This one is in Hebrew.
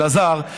אלעזר,